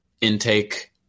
intake